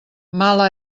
mala